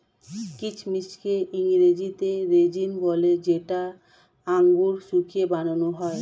কিচমিচকে ইংরেজিতে রেজিন বলে যেটা আঙুর শুকিয়ে বানান হয়